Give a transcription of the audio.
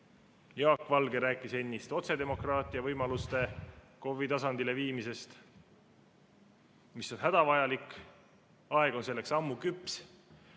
Jaak Valge rääkis ennist otsedemokraatia võimaluste KOV-i tasandile viimisest, mis on hädavajalik. Aeg on selleks ammu küps.